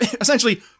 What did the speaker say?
essentially